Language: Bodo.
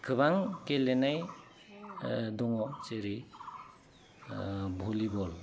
गोबां गेलेनाय दङ जेरै भलिबल